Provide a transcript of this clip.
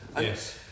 Yes